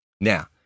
Now